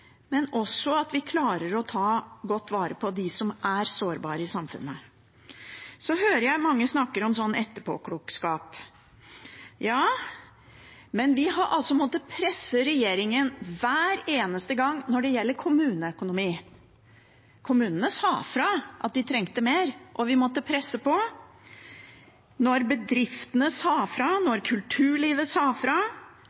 at vi klarer å ta godt vare på dem som er sårbare i samfunnet. Så hører jeg mange snakker om etterpåklokskap. Ja, men vi har altså måttet presse regjeringen hver eneste gang når det gjelder kommuneøkonomi. Kommunene sa fra om at de trengte mer, og vi måtte presse på. Da bedriftene sa fra,